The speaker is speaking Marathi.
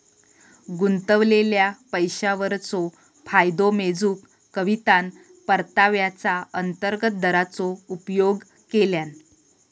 गुंतवलेल्या पैशावरचो फायदो मेजूक कवितान परताव्याचा अंतर्गत दराचो उपयोग केल्यान